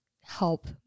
help